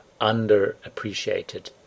underappreciated